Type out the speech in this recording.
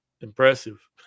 impressive